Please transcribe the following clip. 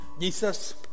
Jesus